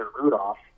Rudolph